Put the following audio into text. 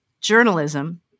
journalism